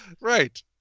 Right